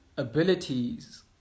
abilities